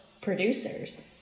producers